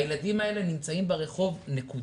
הילדים האלה נמצאים ברחוב נקודה.